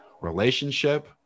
Relationship